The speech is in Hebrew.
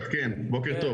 בוקר טוב